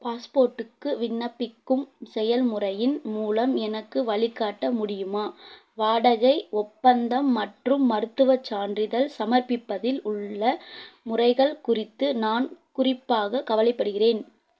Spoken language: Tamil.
பாஸ்போர்ட்டுக்கு விண்ணப்பிக்கும் செயல்முறையின் மூலம் எனக்கு வழிகாட்ட முடியுமா வாடகை ஒப்பந்தம் மற்றும் மருத்துவச் சான்றிதழ் சமர்ப்பிப்பதில் உள்ள முறைகள் குறித்து நான் குறிப்பாக கவலைப்படுகிறேன்